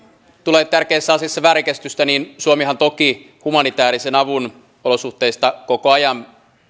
tule tärkeässä asiassa väärinkäsitystä suomihan toki humanitäärisen avun olosuhteista koko ajan